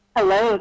Hello